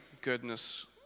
goodness